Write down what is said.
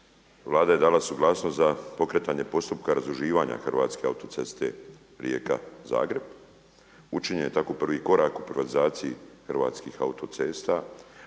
Vlada je dala suglasnost za pokretanje postupka razdruživanja Hrvatske autoceste Rijeka – Zagreb. Učinjen je tako prvi korak u privatizaciji Hrvatskih autocesta,